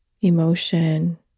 emotion